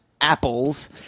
apples